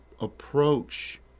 approach